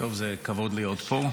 טוב, זה כבוד להיות פה.